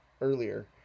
earlier